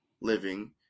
living